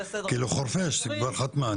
כי לחורפיש כבר חתמה,